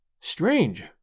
Strange